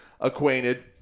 acquainted